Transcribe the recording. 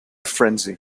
frenzy